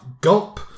gulp